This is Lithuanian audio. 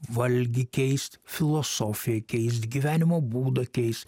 valgį keist filosofiją keist gyvenimo būdą keist